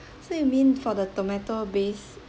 so you mean for the tomato based